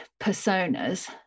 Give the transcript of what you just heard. personas